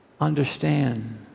understand